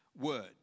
word